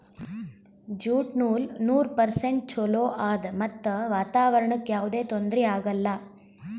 jute ನೂಲ್ ನೂರ್ percent ಚೊಲೋ ಆದ್ ಮತ್ತ್ ವಾತಾವರಣ್ಕ್ ಯಾವದೇ ತೊಂದ್ರಿ ಆಗಲ್ಲ